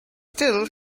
still